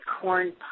corn